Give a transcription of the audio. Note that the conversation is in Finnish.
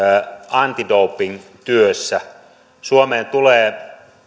antidopingtyössä suomeen tulee